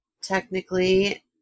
Technically